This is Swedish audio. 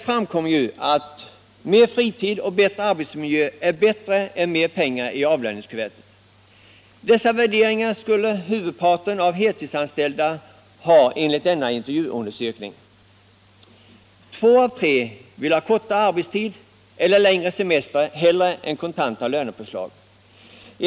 Enligt denna intervjuundersökning skulle huvudparten av de heltidsanställda sätta mer fritid och en bättre arbetsmiljö framför mer pengar i åvlöningskuvertet. Två av tre vill ha kortare veckoarbetstid eller längre semester hellre än kontanta lönepåslag.